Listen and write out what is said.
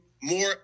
more